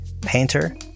painter